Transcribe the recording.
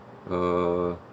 uh